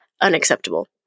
unacceptable